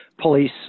police